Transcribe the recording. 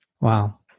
Wow